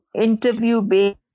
interview-based